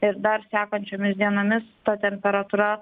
ir dar sekančiomis dienomis ta temperatūra